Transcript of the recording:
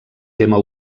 tema